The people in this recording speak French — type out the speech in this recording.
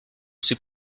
c’est